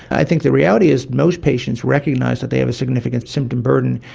i think the reality is most patients recognise that they have a significant symptom burden,